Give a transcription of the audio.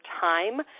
time